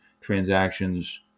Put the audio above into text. transactions